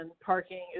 parking